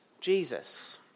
Jesus